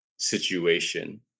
situation